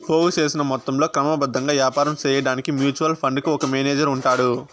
పోగు సేసిన మొత్తంలో క్రమబద్ధంగా యాపారం సేయడాన్కి మ్యూచువల్ ఫండుకు ఒక మేనేజరు ఉంటాడు